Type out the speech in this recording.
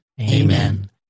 Amen